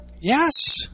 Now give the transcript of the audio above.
Yes